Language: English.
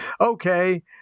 okay